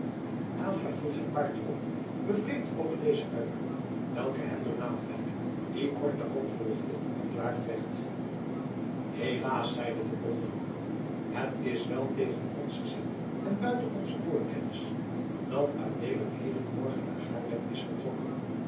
aylva hield zijn paard op bevreemd over dezen uitroep welke hem door naaldwijk die kort daarop volgde verklaard werd helaas zeide de olderman het is wel tegen onzen zin en buiten onze voorkennis dat adeelen hedenmorgen naar haarlem is vertrokken